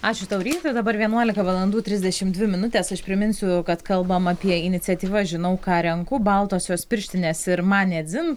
ačiū tau ryti dabar vienuolika valandų trisdešimt dvi minutės aš priminsiu kad kalbame apie iniciatyvą žinau ką renku baltosios pirštinės ir man ne dzin